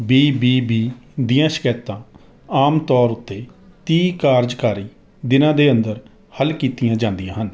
B B B ਦੀਆਂ ਸ਼ਿਕਾਇਤਾਂ ਆਮ ਤੌਰ ਉੱਤੇ ਤੀਹ ਕਾਰਜਕਾਰੀ ਦਿਨਾਂ ਦੇ ਅੰਦਰ ਹੱਲ ਕੀਤੀਆਂ ਜਾਂਦੀਆਂ ਹਨ